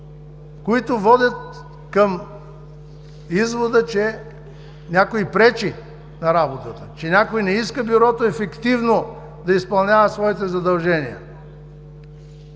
които водят към извода, че някой пречи на работата, че някой не иска Бюрото ефективно да изпълнява своите задължения.